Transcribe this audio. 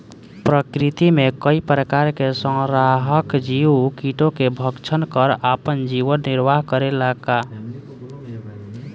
प्रकृति मे कई प्रकार के संहारक जीव कीटो के भक्षन कर आपन जीवन निरवाह करेला का?